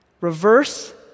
reverse